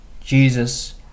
Jesus